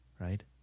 right